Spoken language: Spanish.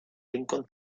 lincoln